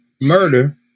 murder